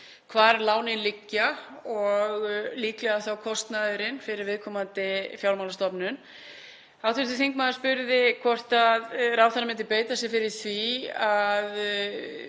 hvar lánin liggja og líklega þá kostnaðurinn fyrir viðkomandi fjármálastofnun. Hv. þingmaður spurði hvort ráðherrann myndi beita sér fyrir því að